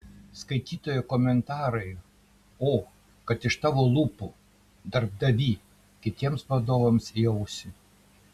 skaitytojų komentarai o kad iš tavo lūpų darbdavy kitiems vadovams į ausį